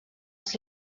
els